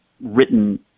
written